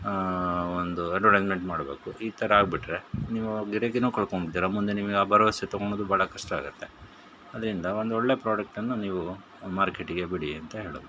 ಒಂದು ಎಡ್ವಟೈಸ್ಮೆಂಟ್ ಮಾಡಬೇಕು ಈ ಥರ ಆಗಿಬಿಟ್ರೆ ನೀವು ಗಿರಾಕಿನೂ ಕಳ್ಕೊಂಡ್ಬಿಡ್ತೀರ ಮುಂದೆ ನಿಮಗೆ ಆ ಭರವಸೆ ತಗೊಳೋದೂ ಭಾಳ ಕಷ್ಟ ಆಗುತ್ತೆ ಅದರಿಂದ ಒಂದು ಒಳ್ಳೆಯ ಪ್ರಾಡಕ್ಟನ್ನು ನೀವು ಮಾರ್ಕೆಟ್ಟಿಗೆ ಬಿಡಿ ಅಂತ ಹೇಳೋದು